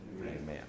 Amen